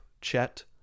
Chet